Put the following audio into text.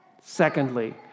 Secondly